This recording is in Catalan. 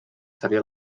seria